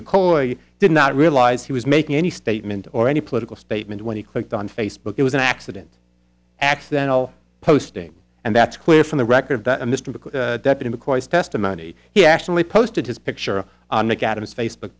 you did not realize he was making any statement or any political statement when he clicked on facebook it was an accident accidental posting and that's clear from the record that mr deputy mccoy's testimony he actually posted his picture on mcadams facebook